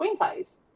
screenplays